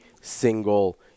single